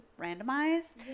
randomized